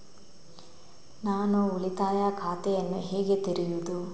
ನಾನು ಉಳಿತಾಯ ಖಾತೆಯನ್ನು ಹೇಗೆ ತೆರೆಯುದು?